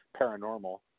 paranormal